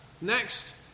next